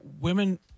women